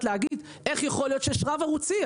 להגיד איך יכול להיות שיש רב-ערוצי.